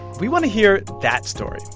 we want to hear that story.